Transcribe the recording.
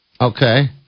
Okay